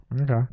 Okay